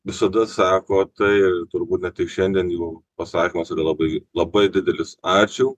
visada sako tai turbūt ne tik šiandien jų pasakymas yra labai labai didelis ačiū